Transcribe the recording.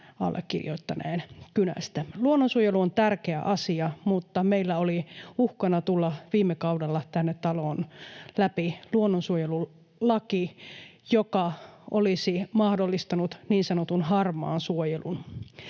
allekirjoittaneen kynästä. Luonnonsuojelu on tärkeä asia, mutta meillä oli uhkana tulla viime kaudella tässä talossa läpi luonnonsuojelulaki, joka olisi mahdollistanut niin sanotun harmaan suojelun.